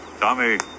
Tommy